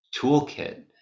toolkit